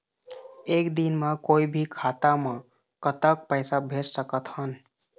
एक दिन म कोई भी खाता मा कतक पैसा भेज सकत हन?